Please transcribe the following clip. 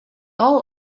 all